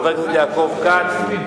חבר הכנסת יעקב כץ,